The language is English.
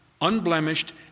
unblemished